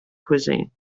cuisine